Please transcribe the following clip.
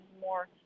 more